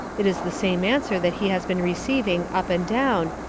it is the same answer that he has been receiv ing, up and down,